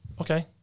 Okay